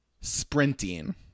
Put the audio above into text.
sprinting